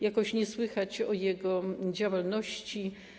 Jakoś nie słychać o jego działalności.